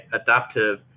adaptive